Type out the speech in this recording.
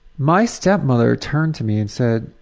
my stepmother turned to me and said,